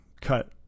cut